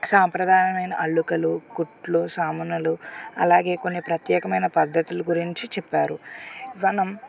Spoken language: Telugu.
సాంప్రదాయమైన అల్లికలు కుట్లు నమూనాలు అలాగే కొన్ని ప్రత్యేకమైన పద్ధతుల గురించి చెప్పారు మనం